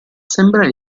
sembra